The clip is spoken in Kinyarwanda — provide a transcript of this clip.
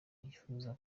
yifuza